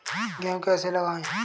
गेहूँ कैसे लगाएँ?